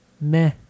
meh